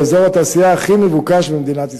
לאזור התעשייה הכי מבוקש במדינת ישראל.